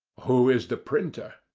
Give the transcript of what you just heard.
who is the printer?